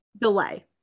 delay